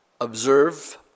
observe